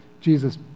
Jesus